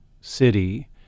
city